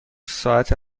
ساعت